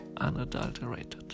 unadulterated